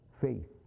faith